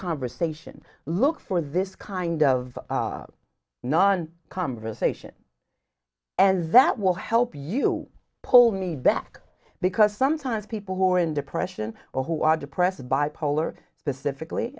conversation look for this kind of non conversation and that will help you pull me back because sometimes people who are in depression or who are depressed bipolar the civically